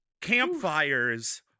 campfires